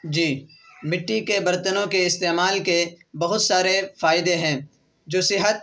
جی مٹی کے برتنوں کے استعمال کے بہت سارے فائدے ہیں جو صحت